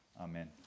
Amen